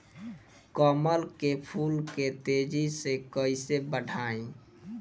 कमल के फूल के तेजी से कइसे बढ़ाई?